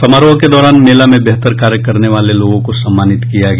समारोह के दौरान मेला में बेहतर कार्य करने वाले लोगों को सम्मानित किया गया